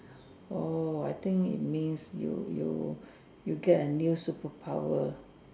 oh I think it means you you you get a new superpower